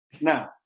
Now